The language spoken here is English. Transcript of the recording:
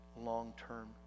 long-term